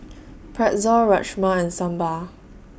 Pretzel Rajma and Sambar